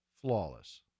Flawless